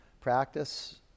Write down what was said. Practice